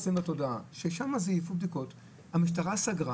ששם זויפו בדיקות - המשטרה סגרה